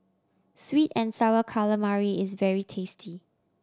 sweet and Sour Calamari is very tasty